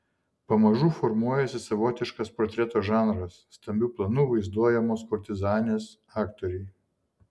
pamažu formuojasi savotiškas portreto žanras stambiu planu vaizduojamos kurtizanės aktoriai